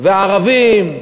והערבים,